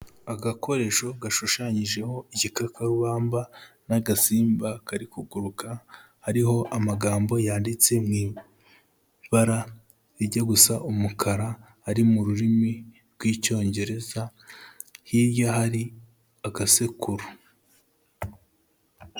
Agakoresho gashushanyijeho igikakarubamba n'agasimba kari kuguruka, hariho amagambo yanditse mu ibara riyja gusa umukara ari mu rurimi rw'Icyongereza, hirya hari agasekuru.